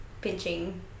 pinching